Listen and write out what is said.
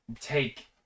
take